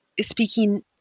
speaking